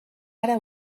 ara